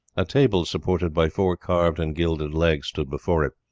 a table supported by four carved and gilded legs stood before it.